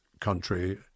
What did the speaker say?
country